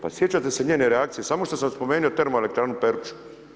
Pa sjećate se njene reakcije, samo što sam spomenuo termoelektranu Peruča.